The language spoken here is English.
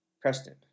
Preston